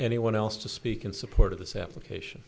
anyone else to speak in support of this application